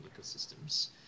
ecosystems